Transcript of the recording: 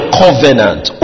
covenant